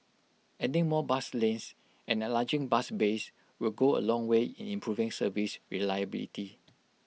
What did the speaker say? adding more bus lanes and enlarging bus bays will go A long way in improving service reliability